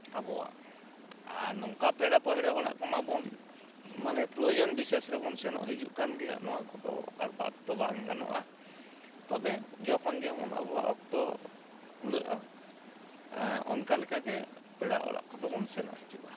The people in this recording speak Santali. ᱟᱵᱚᱣᱟᱜ ᱟᱨ ᱱᱚᱝᱠᱟ ᱯᱮᱲᱟ ᱯᱟᱹᱲᱦᱟᱹᱜ ᱚᱲᱟᱜ ᱠᱚ ᱢᱟᱵᱚᱱ ᱢᱟᱱᱮ ᱯᱨᱚᱭᱳᱡᱚᱱ ᱵᱤᱥᱮᱥ ᱨᱮᱵᱚᱱ ᱥᱮᱱᱚᱜ ᱦᱤᱡᱩᱜ ᱠᱟᱱ ᱜᱮᱭᱟ ᱱᱚᱣᱟ ᱠᱚᱫᱚ ᱟᱨ ᱵᱟᱫ ᱛᱚ ᱵᱟᱝ ᱜᱟᱱᱚᱜᱼᱟ ᱛᱚᱵᱮ ᱡᱚᱠᱷᱚᱱ ᱡᱮᱢᱚᱱ ᱟᱵᱚᱣᱟᱜ ᱚᱠᱛᱚ ᱠᱩᱞᱟᱹᱜᱼᱟ ᱚᱱᱠᱟ ᱞᱮᱠᱟᱜᱮ ᱯᱮᱲᱟ ᱚᱲᱟᱜ ᱠᱚᱫᱚᱵᱚᱱ ᱥᱮᱱᱚᱜ ᱦᱤᱡᱩᱜᱼᱟ